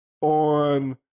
on